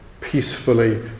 peacefully